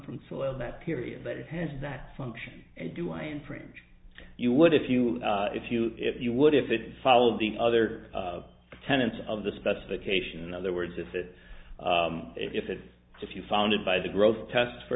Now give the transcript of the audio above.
from well that period but it has that function and do i infringe you would if you if you if you would if it followed the other tenants of the specification in other words if it if it if you found it by the growth tests for